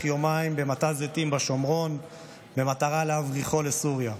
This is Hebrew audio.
יומיים במטע זיתים בשומרון במטרה להבריחו לסוריה,